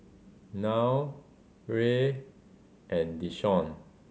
Nile Rey and Deshawn